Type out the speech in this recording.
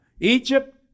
Egypt